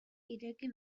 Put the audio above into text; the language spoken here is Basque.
ireki